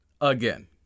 again